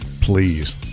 please